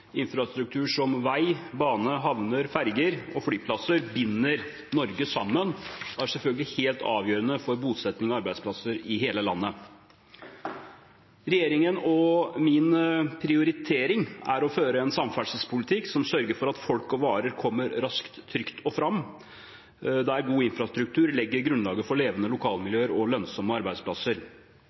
Infrastruktur som vei, bane, havner, ferger og flyplasser binder Norge sammen og er selvfølgelig helt avgjørende for bosetting og arbeidsplasser i hele landet. Regjeringens og min prioritering er å føre en samferdselspolitikk som sørger for at folk og varer kommer raskt og trygt fram, der god infrastruktur legger grunnlaget for levende lokalmiljøer og lønnsomme arbeidsplasser.